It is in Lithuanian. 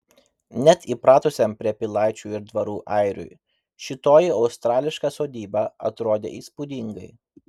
net įpratusiam prie pilaičių ir dvarų airiui šitoji australiška sodyba atrodė įspūdingai